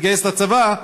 להתגייס לצבא,